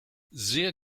sehr